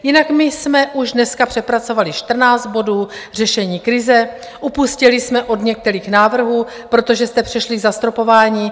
Jinak my jsme už dneska přepracovali 14 bodů řešení krize, upustili jsme od některých návrhů, protože jste přešli k zastropování.